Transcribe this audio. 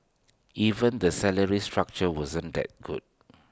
even the salary structure wasn't that good